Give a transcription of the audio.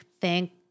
thank